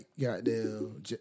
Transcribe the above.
Goddamn